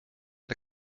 the